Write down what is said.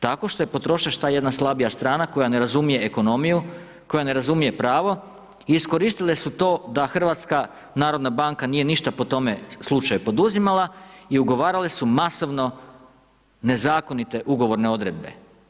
Tako što je potrošač ta jedna slabija strana koja ne razumije ekonomiju, koja ne razumije pravo i iskoristile su to da HNB nije ništa po tome slučaju poduzimala i ugovarale su masovno nezakonite ugovorne odredbe.